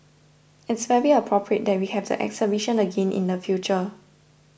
it's very appropriate that we have the exhibition again in the future